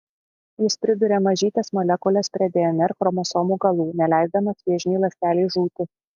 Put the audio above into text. jis priduria mažytes molekules prie dnr chromosomų galų neleisdamas vėžinei ląstelei žūti